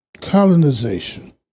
Colonization